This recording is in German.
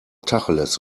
tacheles